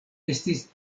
estis